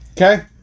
Okay